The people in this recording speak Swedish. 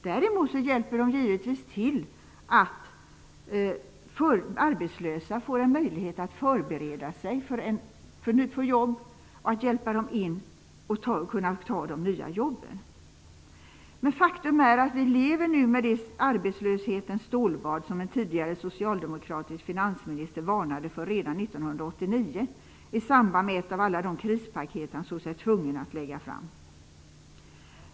Däremot ger de naturligtvis den arbetslöse möjlighet att förbereda sig för jobb och hjälp med att kunna ta ett nytt jobb. Faktum är att vi nu lever med det ''arbetslöshetens stålbad'' som en tidigare socialdemokratisk finansminister varnade för redan 1989 i samband med ett av alla de krispaket han såg sig tvungen att lägga fram.